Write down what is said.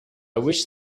wish